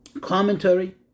commentary